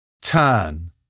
Turn